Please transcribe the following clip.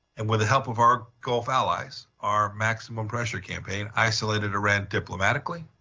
and, with the help of our gulf allies, our maximum pressure campaign isolated iran diplomatically,